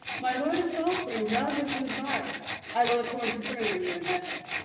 my lord of salisbury, well have you advised, i will accord to further you in this.